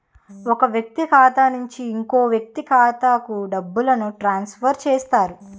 ఒక వ్యక్తి ఖాతా నుంచి ఇంకో వ్యక్తి ఖాతాకు డబ్బులను ట్రాన్స్ఫర్ చేస్తారు